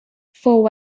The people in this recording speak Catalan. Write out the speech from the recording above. fou